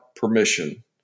permission